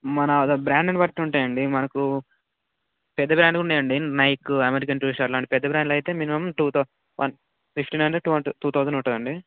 మన అదే బ్రాండుని బట్టుంటాయండి మనకు పెద్ద బ్రాండు ఉన్నాయండి నైక్ అమెరికన్ టూరిస్ట్ అలాంటి పెద్ద బ్రాండ్లు అయితే minimum two thou one fifteen hundred to ఉంట టూ థౌసండ్ ఉంటుంది అండి